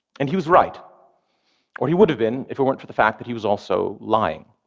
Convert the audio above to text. and he was right or he would have been, if it weren't for the fact that he was also lying.